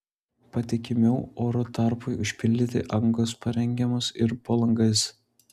patikimiau oro tarpui užpildyti angos parengiamos ir po langais